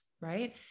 right